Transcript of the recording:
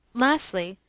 lastly,